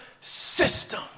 system